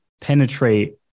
penetrate